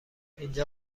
اینجا